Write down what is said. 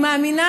אני מאמינה